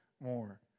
more